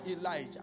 Elijah